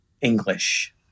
English